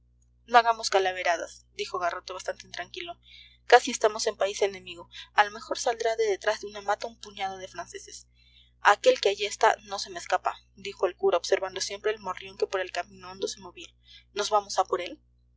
no hagamos calaveradas dijo garrote bastante intranquilo casi estamos en país enemigo a lo mejor saldrá de detrás de una mata un puñado de franceses aquel que allí está no se me escapa dijo el cura observando siempre el morrión que por el camino hondo se movía nos vamos a por él